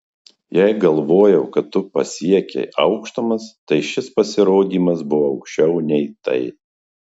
jei galvojau kad tu pasiekei aukštumas tai šis pasirodymas buvo aukščiau nei tai